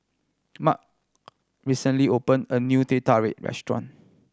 Mart recently opened a new Teh Tarik restaurant